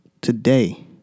today